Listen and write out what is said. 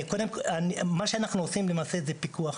אנחנו עושים פיקוח.